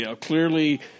clearly